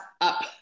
up